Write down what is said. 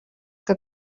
que